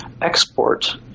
export